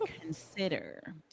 consider